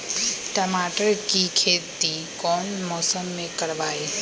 टमाटर की खेती कौन मौसम में करवाई?